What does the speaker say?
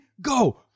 go